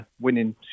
winning